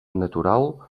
natural